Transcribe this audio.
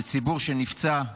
זה ציבור שנפצע,